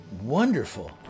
wonderful